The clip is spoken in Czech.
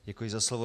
Děkuji za slovo.